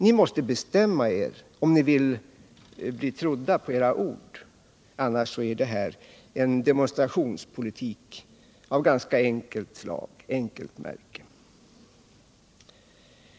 Ni måste bestämma er om ni vill bli trodda på era ord. Annars är detta en demonstrationspolitik av ganska enkelt märke.